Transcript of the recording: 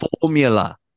formula